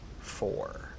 four